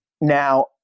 Now